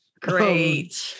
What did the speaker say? Great